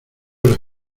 las